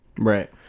Right